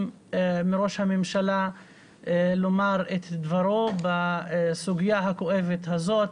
מראש הממשלה לומר את דברו בסוגיה הכואבת הזו.